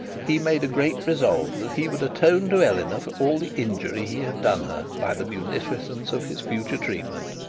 he made a great resolve that he would atone to eleanor for all the injury he had done her by the munificence of his future treatment.